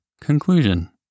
Conclusion